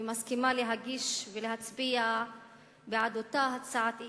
ומסכימה להגיש ולהצביע בעד אותה הצעת אי-אמון.